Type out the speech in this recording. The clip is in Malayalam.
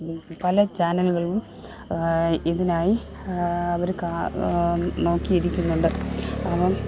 പല ചാനലുകളും ഇതിനായി അവർക്ക് നോക്കിയിരിക്കുന്നുണ്ട് അപ്പം